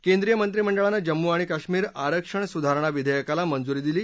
केंद्रीय मंत्रीमंडळानं जम्मू आणि कश्मीर आरक्षण सुधारणा विधेयकाला मंजूरी दिली